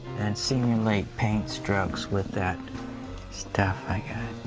and simulate paint strokes with that stuff i got.